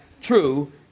true